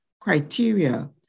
criteria